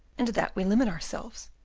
and to that we limit ourselves,